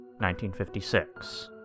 1956